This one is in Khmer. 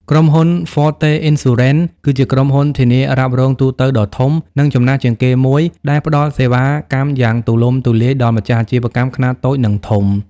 ក្រុមហ៊ុន Forte Insurance គឺជាក្រុមហ៊ុនធានារ៉ាប់រងទូទៅដ៏ធំ និងចំណាស់ជាងគេមួយ ដែលផ្ដល់សេវាកម្មយ៉ាងទូលំទូលាយដល់ម្ចាស់អាជីវកម្មខ្នាតតូច និងធំ។